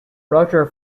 roger